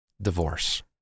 Divorce